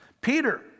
Peter